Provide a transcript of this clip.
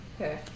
Okay